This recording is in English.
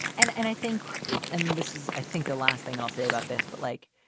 and and i think and this is i think the last thing and i'll say about this. but like,